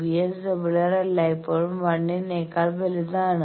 VSWR എല്ലായ്പ്പോഴും 1 നേക്കാൾ വലുതാണ്